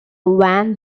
van